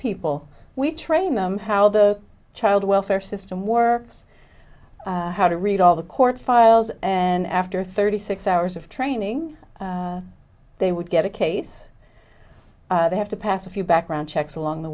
people we train them how the child welfare system works how to read all the court files and after thirty six hours of training they would get a case they have to pass a few background checks along the